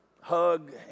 hug